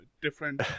different